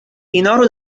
اینارو